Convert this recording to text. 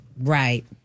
Right